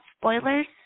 spoilers